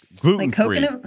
gluten-free